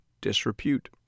disrepute